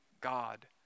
God